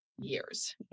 years